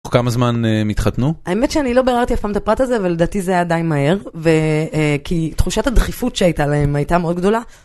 תוך כמה זמן הם התחתנו? האמת שאני לא ביררתי אף פעם את הפרט הזה, אבל לדעתי זה די מהר, כי תחושת הדחיפות שהייתה להם הייתה מאוד גדולה.